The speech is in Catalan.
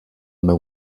meu